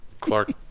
Clark